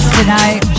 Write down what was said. tonight